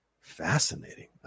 Fascinating